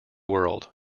world